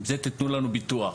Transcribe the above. עם זה תתנו לנו ביטוח.